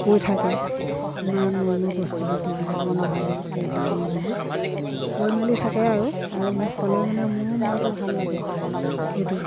কৈ থাকে ইমান মৰমৰ বস্তুটো দিলি ইমান ভালকৈ দিলি বুলি কৈ মেলি থাকে আৰু আৰু মোক ক'লে মানে মোৰো মনটো ভাল লাগে সেইটোত